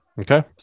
Okay